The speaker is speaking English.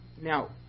Now